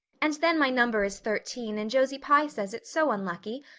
and then my number is thirteen and josie pye says it's so unlucky.